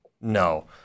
No